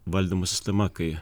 valdymo sistema kai